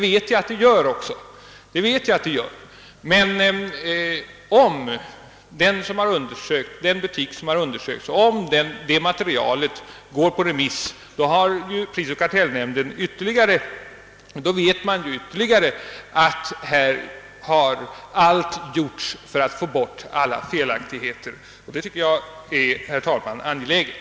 Vi vet att nämnden har ett sådant intresse, och om materialet finge gå på remiss till den butik, som har undersökts, skulle man veta att allt har gjorts för att få bort alla felaktigheter, vilket jag anser vara angeläget.